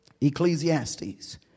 Ecclesiastes